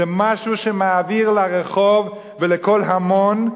זה משהו שמעביר לרחוב ולקול ההמון,